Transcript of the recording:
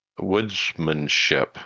woodsmanship